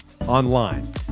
online